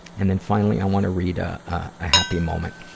and then, finally, i want to read, ah, ah, a happy moment.